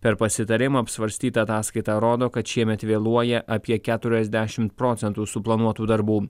per pasitarimą apsvarstyta ataskaita rodo kad šiemet vėluoja apie keturiasdešimt procentų suplanuotų darbų